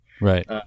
Right